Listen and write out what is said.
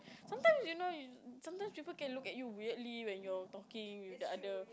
sometimes you know you sometimes people can look at you weirdly when you are talking with the other